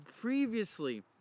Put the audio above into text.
previously